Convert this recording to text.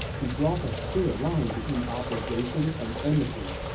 he draws a clear line between obligation and enmity,